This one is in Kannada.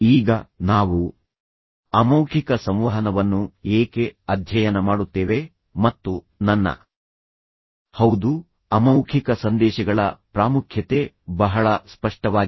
ಈಗ ನಾವು ಅಮೌಖಿಕ ಸಂವಹನವನ್ನು ಏಕೆ ಅಧ್ಯಯನ ಮಾಡುತ್ತೇವೆ ಮತ್ತು ನನ್ನ ಹೌದು ಅಮೌಖಿಕ ಸಂದೇಶಗಳ ಪ್ರಾಮುಖ್ಯತೆ ಬಹಳ ಸ್ಪಷ್ಟವಾಗಿದೆ